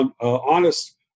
honest